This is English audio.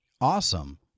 Awesome